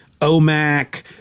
OMAC